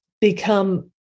become